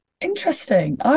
Interesting